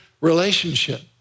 relationship